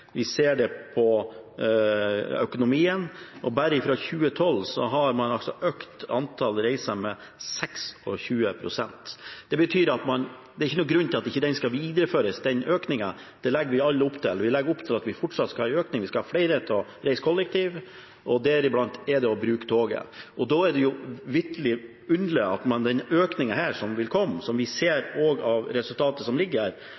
vi ser det på økonomien, og bare fra 2012 har antall reisende økt med 26 pst. Det er ikke noen grunn til at den økningen ikke skal videreføres. Det legger vi alle opp til – vi legger opp til at vi fortsatt skal ha en økning. Vi skal ha flere til å reise kollektivt, deriblant bruke toget. Da er det vitterlig underlig at den økningen som vil komme, som vi ser også av resultatet som